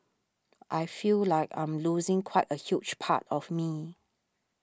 I feel like I'm losing quite a huge part of me